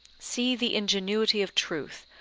see the ingenuity of truth,